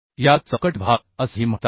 याला चौकट विभाग असेही म्हणतात